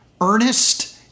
Ernest